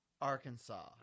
Arkansas